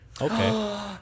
Okay